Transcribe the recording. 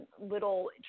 little